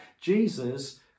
jesus